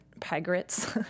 pirates